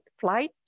flight